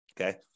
Okay